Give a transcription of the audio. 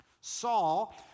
Saul